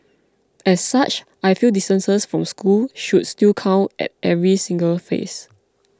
as such I feel distances from school should still count at every single phase